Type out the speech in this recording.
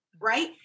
right